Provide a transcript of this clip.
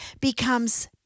becomes